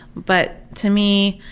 but to me,